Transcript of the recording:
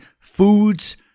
foods